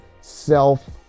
self